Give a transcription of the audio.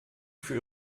für